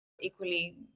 equally